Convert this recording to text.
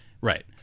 Right